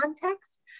context